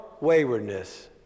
waywardness